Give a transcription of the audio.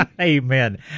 Amen